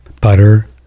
butter